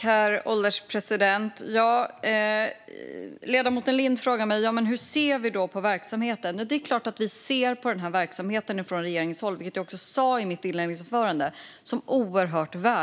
Herr ålderspresident! Ledamoten Lind frågar hur vi ser på den här verksamheten. Det är klart att vi från regeringens håll ser verksamheten som oerhört värdefull, vilket jag också sa i mitt inledningsanförande.